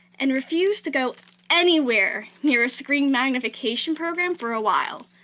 and refused to go anywhere near a screen magnification program for a while.